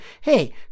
Hey